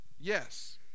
yes